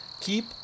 Keep